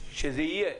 שזה יהיה.